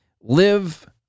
Live